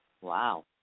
Wow